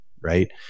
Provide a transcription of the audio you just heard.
right